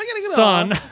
son